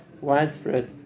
widespread